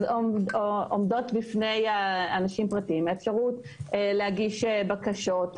אז עומדות בפני האנשים הפרטיים אפשרויות להגיש בקשות,